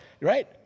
Right